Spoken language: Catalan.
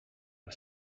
per